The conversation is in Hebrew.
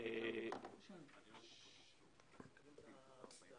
זמן ומשאבים בלארח את הממונה,